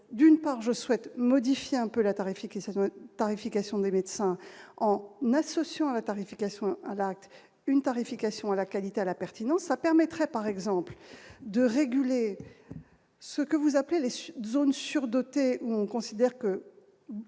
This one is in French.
d'une part je souhaite modifier un peu la tarification tarifications des médecins en n'associant à la tarification à l'acte, une tarification à la qualité à la pertinence, ça permettrait par exemple de réguler ce que vous appelez les sur zones surdotées où on considère que